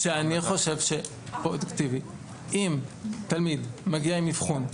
אני חושב שאם תלמיד מגיע עם אבחון,